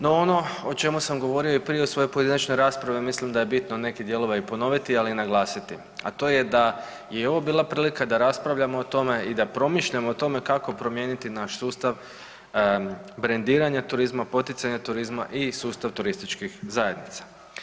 No, ono o čemu sam govorio i prije u svojoj pojedinačnoj raspravi mislim da je bitno nekih dijelova i ponoviti ali i naglasiti, a to je da je ovo bila prilika da raspravljamo o tome i da promišljamo o tome kako promijeniti naš sustav brendiranja turizma, poticanje turizma i sustav turističkih zajednica.